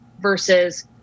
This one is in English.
Versus